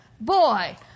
boy